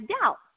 doubt